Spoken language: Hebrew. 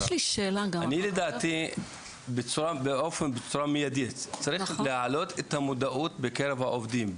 לדעתי בצורה מיידית צריך להעלות את המודעות בקרב העובדים,